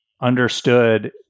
understood